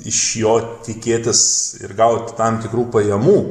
iš jo tikėtis ir gaut tam tikrų pajamų